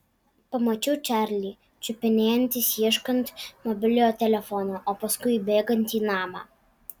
pamačiau čarlį čiupinėjantis ieškant mobiliojo telefono o paskui įbėgant į namą